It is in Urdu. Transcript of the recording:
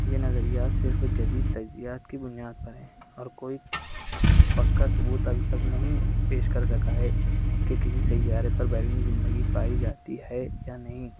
یہ نظریہ صرف جدید تجزیات کی بنیاد پر ہے اور کوئی پکا ثبوت ابھی تک نہیں پیش کر سکا ہے کہ کسی سیارے پر بیرونی زندگی پائی جاتی ہے یا نہیں